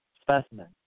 specimen